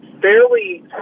fairly